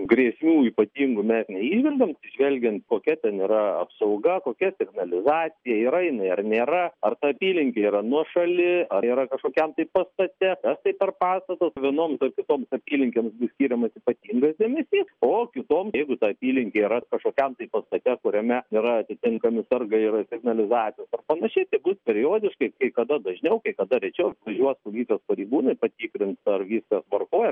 grėsmių ypatingų mes neįžvelgiam žvelgiant kokia ten yra apsauga kokia signalizacija yra jinai ar nėra ar ta apylinkė yra nuošali ar yra kažkokiam tai pastate kas tai per pastatas vienoms ar kitoms apylinkėms bus skiriamas ypatingas dėmesys o kitom jeigu ta apylinkė yra kažkokiam tai pastate kuriame yra atitinkami sargai yra signalizacijos ar panašiai tai bus periodiškai kai kada dažniau kai kada rečiau atvažiuos atstovybės pareigūnai patikrins ar viskas tvarkoj